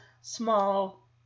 small